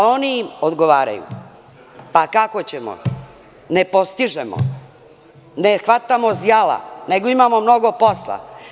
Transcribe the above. Oni odgovaraju – kako ćemo, ne postižemo, ne hvatamo zjale, nego imamo mnogo posla.